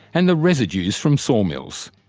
and the residues from sawmills.